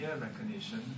recognition